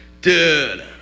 Dude